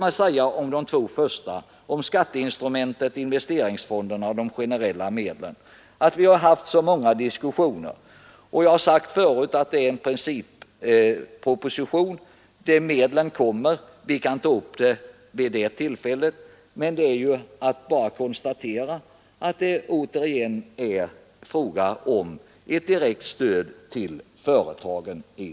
Beträffande de två första reservationerna, om skatteinstrumentet, har vi haft många diskussioner. Jag har förut påpekat att det kommer en principproposition om dessa medel, och vi kan diskutera dem då. Nu är det bara att konstatera att det återigen är fråga om ett direkt stöd till företagen.